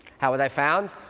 how were they found?